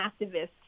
activists